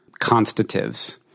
constatives